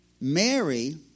Mary